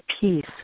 peace